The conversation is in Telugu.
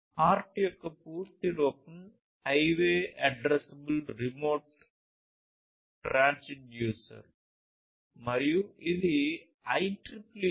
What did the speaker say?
HART యొక్క పూర్తి రూపం హైవే అడ్రసబుల్ రిమోట్ ట్రాన్స్డ్యూసెర్ మరియు ఇది IEEE 802